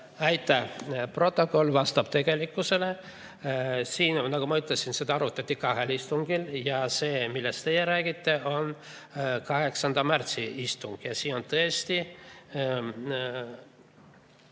Aitäh! Protokoll vastab tegelikkusele. Nagu ma ütlesin, seda arutati kahel istungil. See, millest teie räägite, on 8. märtsi istung, ja siin on tõesti